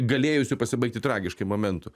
galėjusių pasibaigti tragiškai momentų